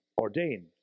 ordained